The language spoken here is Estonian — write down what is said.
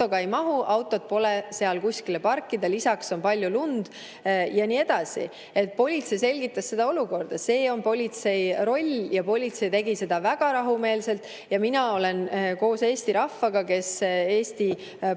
autoga ei mahu, autot pole seal kuskile parkida, lisaks on palju lund ja nii edasi. Politsei selgitas seda olukorda. See on politsei roll ja politsei tegi seda väga rahumeelselt. Ja mina olen koos Eesti rahvaga, kes Eesti